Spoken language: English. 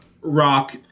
rock